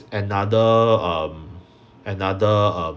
another um another um